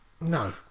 No